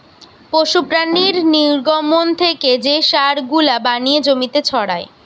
পশু প্রাণীর নির্গমন থেকে যে সার গুলা বানিয়ে জমিতে ছড়ায়